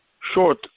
short